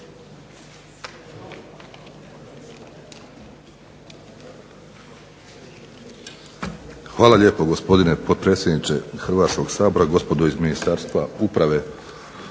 Hvala lijepo, gospodine potpredsjedniče Hrvatskoga sabora. Gospodo iz Ministarstva uprave,